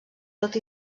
tot